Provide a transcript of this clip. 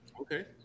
Okay